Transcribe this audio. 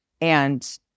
And-